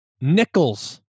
nickels